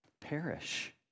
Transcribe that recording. Perish